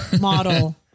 model